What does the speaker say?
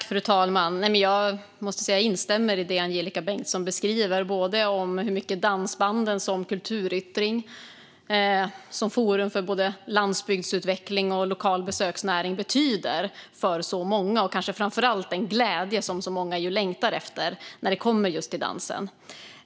Fru talman! Jag instämmer i det Angelika Bengtsson beskriver. Det gäller dansbanden som kulturyttring, som forum för landsbygdsutveckling och betydelsen för lokal besöksnäring. Det gäller framför allt den glädje som så många längtar efter när det handlar om just dansen.